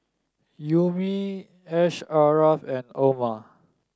Ummi Asharaff and Omar